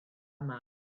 yma